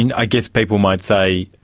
and i guess people might say